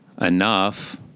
enough